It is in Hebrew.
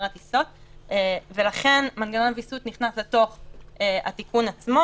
טיסות ולכן מנגנון הוויסות נכנס לתוך התיקון עצמו